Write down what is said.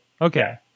Okay